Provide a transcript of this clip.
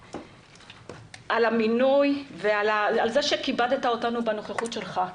על המינוי ועל זה שכיבדת אותנו בנוכחות שלך.